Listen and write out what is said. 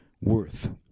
worth